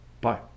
bye